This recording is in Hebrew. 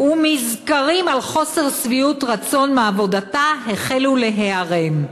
ומזכרים על חוסר שביעות רצון מעבודתה החלו להיערם.